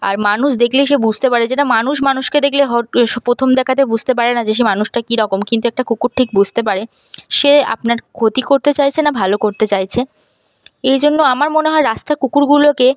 আর মানুষ দেখলেই সে বুঝতে পারে যেটা মানুষ মানুষকে দেকলে হট সে প্রথম দেখাতে বুঝতে পারে না যে সে মানুষটা কীরকম কিন্তু একটা কুকুর ঠিক বুঝতে পারে সে আপনার ক্ষতি করতে চাইছে না ভালো করতে চাইছে এজন্য আমার মনে হয় রাস্তার কুকুরগুলোকে